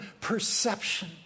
perception